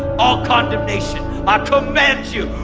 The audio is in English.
all condemnation, i command you,